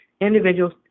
individual's